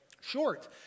Short